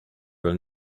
will